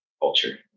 culture